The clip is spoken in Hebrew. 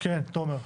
כן תומר.